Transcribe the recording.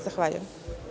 Zahvaljujem.